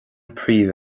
príomh